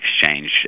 Exchange